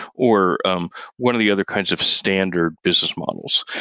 or um one of the other kinds of standard business models.